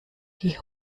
die